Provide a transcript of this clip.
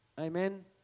Amen